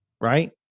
right